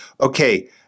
okay